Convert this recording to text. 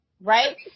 right